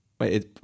Wait